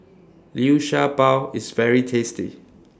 Liu Sha Bao IS very tasty